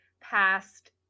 past